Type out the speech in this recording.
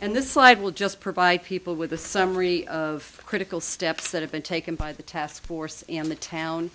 and this slide will just provide people with a summary of critical steps that have been taken by the task force in the town